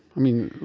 i mean,